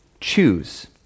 choose